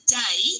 day